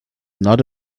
not